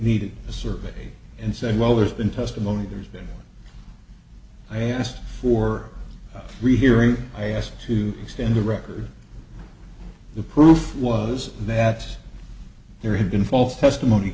needed a survey and said well there's been testimony there's been i asked for rehearing i asked to extend the record the proof was that there had been false testimony